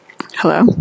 Hello